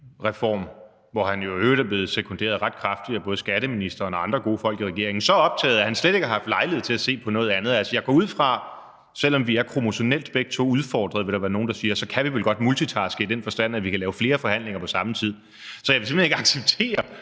elbilreform, hvor han i øvrigt er blevet sekunderet ret kraftigt af både skatteministeren og andre gode folk i regeringen, at han slet ikke har haft lejlighed til at se på noget andet. Altså, jeg går ud fra – selv om vi er kromosonelt udfordrede begge to, vil der være nogle, der siger – at vi vel godt kan multitaske, i den forstand at vi kan lave flere forhandlinger på samme tid. Så jeg vil simpelt hen ikke acceptere,